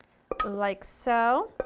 like so.